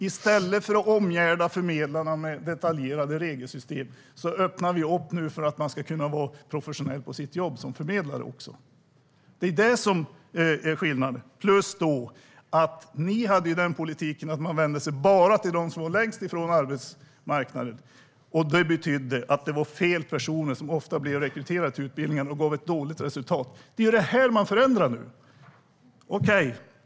I stället för att omgärda förmedlarna med detaljerade regelsystem öppnar vi nu för att man ska kunna vara professionell på sitt jobb som förmedlare. Det är skillnaden. Ni hade politiken att man bara skulle vända sig till dem som stod längst ifrån arbetsmarknaden. Det betydde att det ofta var fel personer som blev rekryterade till utbildningarna, vilket gav ett dåligt resultat. Det är detta man nu förändrar.